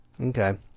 Okay